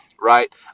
right